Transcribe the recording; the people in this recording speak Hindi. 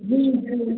जी जी